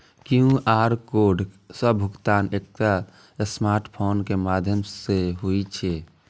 QR code सं भुगतान एकटा स्मार्टफोन के माध्यम सं होइ छै